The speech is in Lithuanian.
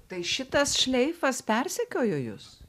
tai šitas šleifas persekiojo jus